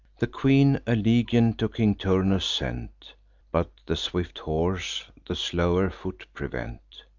the queen a legion to king turnus sent but the swift horse the slower foot prevent,